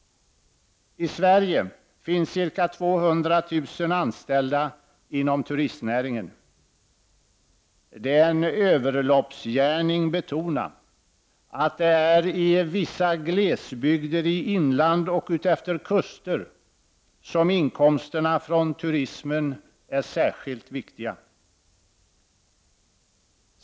I Sverige finns ca 200 000 anställda inom turistnäringen. Det är en överloppsgärning betona att det är i vissa glesbygder i inland och utefter kuster som inkomsterna från turismen är särskilt viktiga.